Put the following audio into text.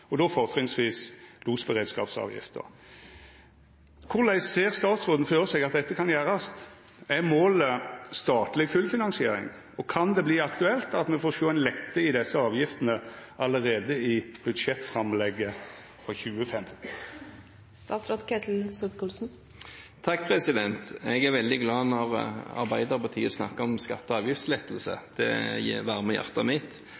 og da fortrinnsvis losberedskapsavgiften». Korleis ser statsråden føre seg at dette kan gjerast? Er målet statleg fullfinansiering? Og kan det verta aktuelt at me får sjå ein lette i desse avgiftene allereie i budsjettframlegget for 2015? Jeg er veldig glad når Arbeiderpartiet snakker om skatte- og avgiftslettelse. Det varmer hjertet mitt.